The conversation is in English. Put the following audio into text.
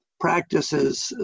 practices